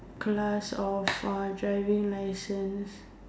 class of uh driving license